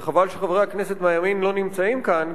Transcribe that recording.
וחבל שחברי הכנסת מהימין לא נמצאים כאן,